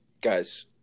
Guys